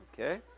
Okay